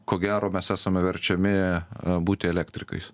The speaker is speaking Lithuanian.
ko gero mes esame verčiami būti elektrikais